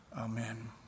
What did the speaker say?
Amen